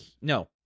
no